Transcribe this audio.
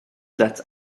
that